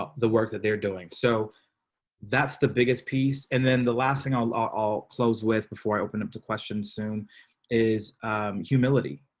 the work that they're doing. so that's the biggest piece. and then the last thing i'll ah i'll close with before i open up to questions. soon is humility.